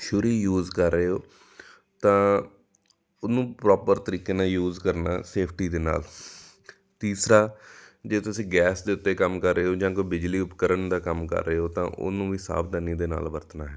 ਛੁਰੀ ਯੂਜ ਕਰ ਰਹੇ ਹੋ ਤਾਂ ਉਹਨੂੰ ਪ੍ਰੋਪਰ ਤਰੀਕੇ ਨਾਲ ਯੂਜ ਕਰਨਾ ਸੇਫਟੀ ਦੇ ਨਾਲ ਤੀਸਰਾ ਜੇ ਤੁਸੀਂ ਗੈਸ ਦੇ ਉੱਤੇ ਕੰਮ ਕਰ ਰਹੇ ਹੋ ਜਾਂ ਕੋਈ ਬਿਜਲੀ ਉਪਕਰਨ ਦਾ ਕੰਮ ਕਰ ਰਹੇ ਹੋ ਤਾਂ ਉਹਨੂੰ ਵੀ ਸਾਵਧਾਨੀ ਦੇ ਨਾਲ ਵਰਤਣਾ ਹੈ